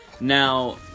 now